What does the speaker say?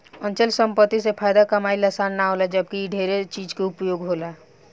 अचल संपत्ति से फायदा कमाइल आसान ना होला जबकि इ ढेरे चीज के ऊपर होला